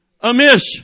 amiss